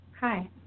Hi